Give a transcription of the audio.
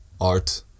art